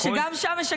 נכון, וגם שם משקרים.